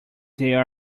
there